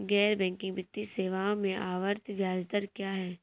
गैर बैंकिंग वित्तीय सेवाओं में आवर्ती ब्याज दर क्या है?